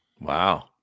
Wow